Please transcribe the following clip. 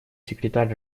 секретарь